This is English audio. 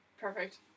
Perfect